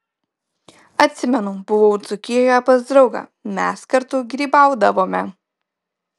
atsimenu buvau dzūkijoje pas draugą mes kartu grybaudavome